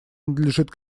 надлежит